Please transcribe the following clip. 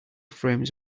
frames